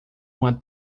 uma